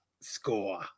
score